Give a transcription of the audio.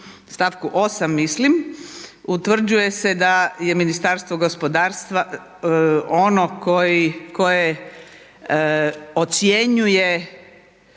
stavku 8. mislim, utvrđuje se da je Ministarstvo gospodarstva ono koje ocjenjuje